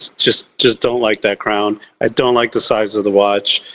just just don't like that crown. i don't like the size of the watch.